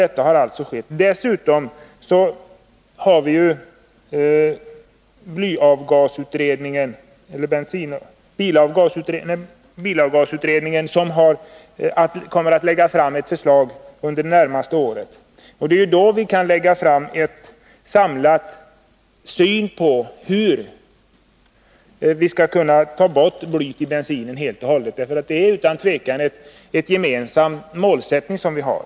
Det har alltså gjorts en hel del. Dessutom kommer bilavgasutredningen att lägga fram ett förslag under det närmaste året. Vi kan då skaffa oss en samlad syn på hur vi skall kunna ta bort blyet i bensinen helt och hållet. Det är utan tvivel en gemensam målsättning vi har.